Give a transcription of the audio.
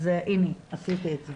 אז הנה, עשיתי את זה.